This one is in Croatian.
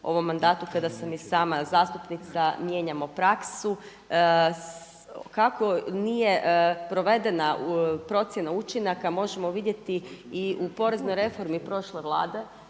ovom mandatu kada sam i sama zastupnica mijenjamo praksu. Kako nije provedena procjena učinaka možemo vidjeti i u poreznoj reformi prošle vlade,